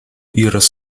iras